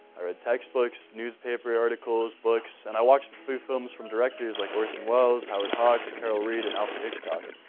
i read textbooks, newspaper articles, books, and i watched few films from directors like orson welles, howard hawks, carol reed, and alfred hitchcock.